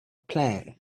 plane